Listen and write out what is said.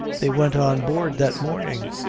they went on board that morning.